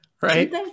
Right